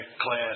class